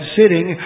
sitting